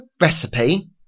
recipe